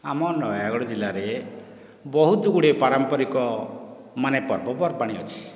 ଆମ ନୟାଗଡ଼ ଜିଲ୍ଲାରେ ବହୁତ ଗୁଡ଼ାଏ ପାରମ୍ପରିକ ମାନେ ପର୍ବପର୍ବାଣି ଅଛି